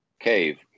cave